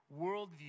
worldview